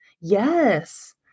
Yes